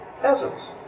peasants